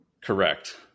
Correct